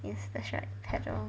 yes that's right pedal